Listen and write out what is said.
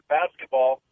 basketball